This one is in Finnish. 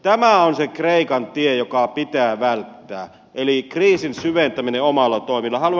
tämä on se kreikan tie joka pitää välttää eli kriisin syventäminen omalla toiminnalla